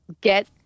Get